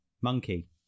monkey